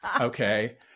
Okay